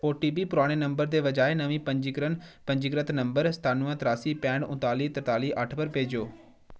OTP पुराने नंबर दे बजाए नमें पंजीकृत नंबर सतानुवैं तरासी पैंठ उन्नताली तरताली अट्ठ पर भेजो